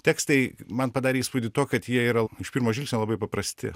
tekstai man padarė įspūdį tuo kad jie yra iš pirmo žvilgsnio labai paprasti